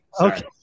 Okay